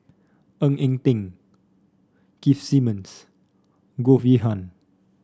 Ng Eng Teng Keith Simmons Goh Yihan